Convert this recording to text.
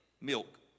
milk